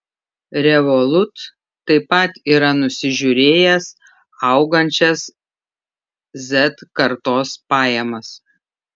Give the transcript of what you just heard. revolut taip pat yra nusižiūrėjęs augančias z kartos pajamas